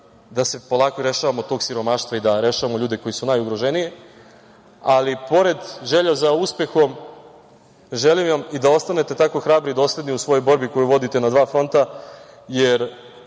da se polako rešavamo tog siromaštva i da rešavamo ljude koji su najugroženiji, ali pored želje za uspehom, želim vam da ostanete tako hrabri i dosledni u svojoj borbi koju vodite na dva fronta, jer